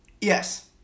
Yes